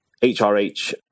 hrh